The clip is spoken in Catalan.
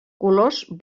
colors